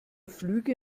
flüge